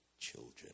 children